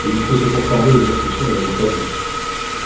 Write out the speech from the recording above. et il faut se conformer aux instructions de la compagnie